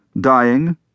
dying